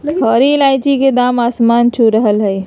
हरी इलायची के दाम आसमान छू रहलय हई